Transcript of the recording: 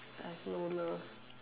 I have no love